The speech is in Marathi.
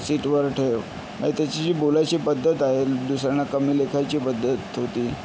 सीटवर ठेव आइ त्याची जी बोलायची पद्धत आहे दुसऱ्यांना कमी लेखायची पद्धत होती